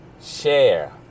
share